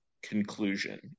Conclusion